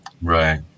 right